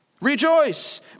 Rejoice